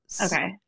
Okay